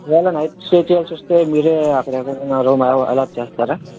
ఒకవేళ night stay చేయాల్సివస్తే మీరే అక్కడ ఎవరున్నారో మాకు అలాట్ చేస్తారా